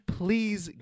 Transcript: please